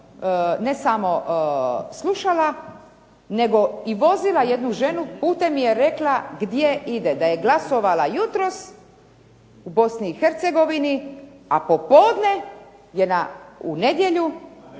ne samo slušala nego i vozila jednu ženu, putem mi je rekla gdje ide. Da je glasovala jutros u Bosni i Hercegovini, a popodne u nedjelju.